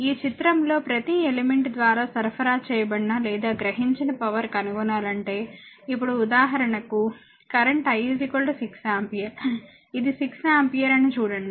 ఈ చిత్రంలో ప్రతి ఎలిమెంట్ ద్వారా సరఫరా చేయబడిన లేదా గ్రహించిన పవర్ కనుగొనాలంటే ఇప్పుడు ఉదాహరణకు కరెంట్ I 6 ఆంపియర్ ఇది 6 ఆంపియర్ అని చూడండి